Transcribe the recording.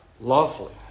lawfully